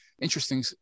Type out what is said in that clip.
interesting